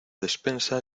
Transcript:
despensa